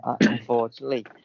unfortunately